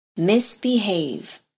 misbehave